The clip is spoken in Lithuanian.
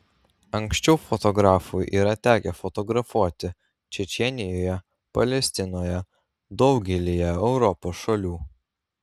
anksčiau fotografui yra tekę fotografuoti čečėnijoje palestinoje daugelyje europos šalių